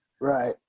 Right